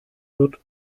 wird